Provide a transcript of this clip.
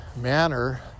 manner